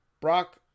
Brock